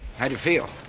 how do you feel?